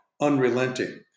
unrelenting